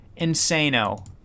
Insano